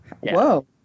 whoa